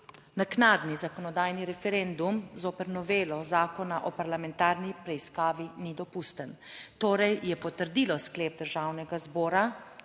naknadni zakonodajni referendum zoper novelo Zakona o parlamentarni preiskavi ni dopusten, torej je potrdilo sklep Državnega zbora